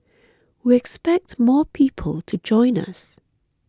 we expect more people to join us